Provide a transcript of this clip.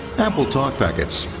apple talk packets.